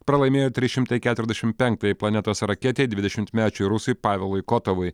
pralaimėjo trys šimtai keturiasdešim penktajai planetos raketei dvidešimtmečiui rusui pavelui kotovui